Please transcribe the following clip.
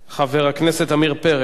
חבר הכנסת עמיר פרץ.